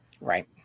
Right